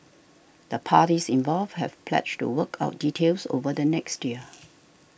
the parties involved have pledged to work out details over the next year